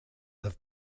have